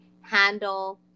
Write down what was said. handle